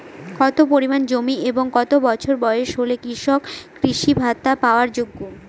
কত পরিমাণ জমি এবং কত বছর বয়স হলে কৃষক কৃষি ভাতা পাওয়ার যোগ্য?